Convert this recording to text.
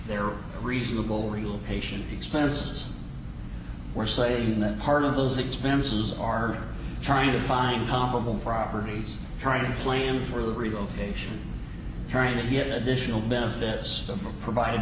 there are reasonable relocation expenses were saying that part of those expenses are trying to find comparable properties trying to claim for the relocation trying to get additional benefits them provided